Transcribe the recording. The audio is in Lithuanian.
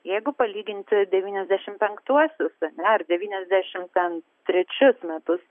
jeigu palyginti devyniasdešimt penktuosius na ar devyniasdešimt ten trečius metus